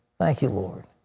thank you, lord.